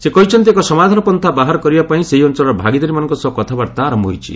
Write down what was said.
ସେ କହିଛନ୍ତି ଏକ ସମାଧାନ ପନ୍ଥା ବାହାର କରିବା ପାଇଁ ସେହି ଅଞ୍ଚଳର ଭାଗିଦାରୀମାନଙ୍କ ସହ କଥାବାର୍ତ୍ତା ଆରମ୍ଭ ହୋଇଛି